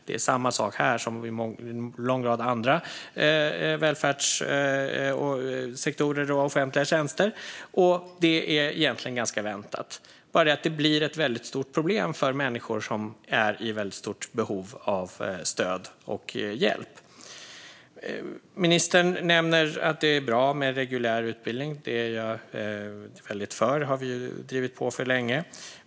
Det är samma sak här som i en lång rad andra välfärdssektorer och offentliga tjänster, vilket egentligen är ganska väntat. Det är bara det att det blir ett väldigt stort problem för människor som är i väldigt stort behov av stöd och hjälp. Ministern nämner att det är bra med reguljär utbildning. Det är jag väldigt för, och det har vi drivit på för länge.